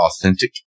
authentic